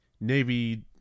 Navy